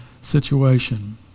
situation